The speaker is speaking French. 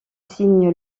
signe